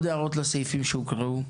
יש עוד הערות לסעיפים שהוקראו?